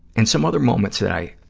and some other moments that i,